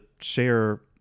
share